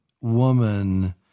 woman